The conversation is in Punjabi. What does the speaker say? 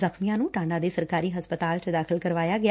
ਜ਼ਖਮੀਆਂ ਨੂੰ ਟਾਂਡਾ ਦੇ ਸਰਕਾਰੀ ਹਸਪਤਾਲ 'ਚ ਦਾਖ਼ਲ ਕਰਾਇਆ ਗਿਆ